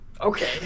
Okay